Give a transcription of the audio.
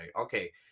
Okay